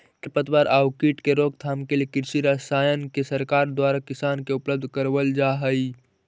खेर पतवार आउ कीट के रोकथाम के लिए कृषि रसायन के सरकार द्वारा किसान के उपलब्ध करवल जा हई